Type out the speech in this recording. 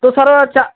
तो सर चा